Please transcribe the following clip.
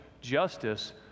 justice